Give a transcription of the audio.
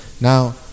Now